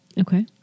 Okay